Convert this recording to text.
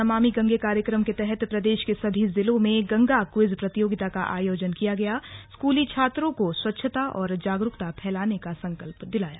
नमामि गंगे कार्यक्रम के तहत प्रदेश के सभी जिलों में गंगा क्विज प्रतियोगिता का आयोजन किया गयास्कूली छात्रों को स्वच्छता और जागरूकता फैलाने का संकल्प दिलाया